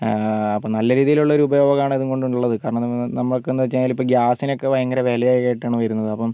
അപ്പോൾ നല്ല രീതിയിലുള്ള ഒരു ഉപയോഗമാണ് ഇത് കൊണ്ടുള്ളത് കാരണം നമ നമുക്ക് എന്ന് വെച്ച് കഴിഞ്ഞാൽ ഗ്യാസിന് ഒക്കെ ഭയങ്കര വിലയായിട്ടാണ് വരുന്നത് അപ്പം